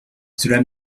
cela